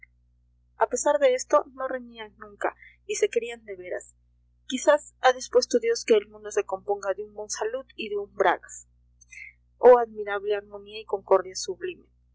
a pesar de esto no reñían nunca y se querían de veras quizás ha dispuesto dios que el mundo se componga de un monsalud y de un bragas oh admirable armonía y concordia sublime